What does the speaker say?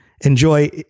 enjoy